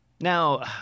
now